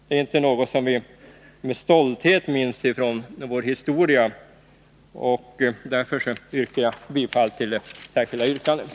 Det är inte något som vi med stolthet minns från vår historia. Därför yrkar jag bifall till det särskilda yrkandet.